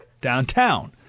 downtown